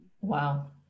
wow